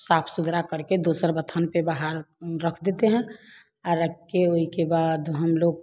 साफ़ सुथरा करके दूसर बथान पर बाहर रख देते हैं और रख कर उसके बाद हम लोग